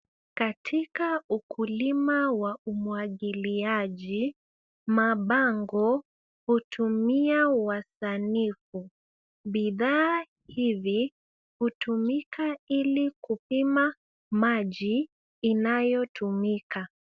Katika ukulima wa umwagiliaji ,mabango hutumia wasanifu. Bidhaa hizi hutumika ili kupima maji inayotumika.